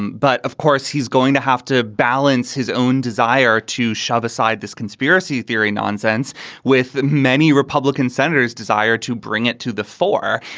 but of course, he's going to have to balance his own desire to shove aside this conspiracy theory nonsense with many republican senators desire to bring it to the fore.